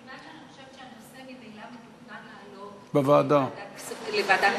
מכיוון שאני חושבת שהנושא ממילא מתוכנן לעלות לוועדת ערו"ב,